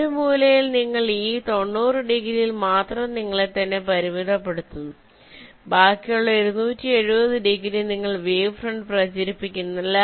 ഒരു മൂലയിൽ നിങ്ങൾ ഈ 90 ഡിഗ്രിയിൽ മാത്രം നിങ്ങളെത്തന്നെ പരിമിതപ്പെടുത്തുന്നു ബാക്കിയുള്ള 270 ഡിഗ്രി നിങ്ങൾ വേവ് ഫ്രണ്ട് പ്രചരിപ്പിക്കുന്നില്ല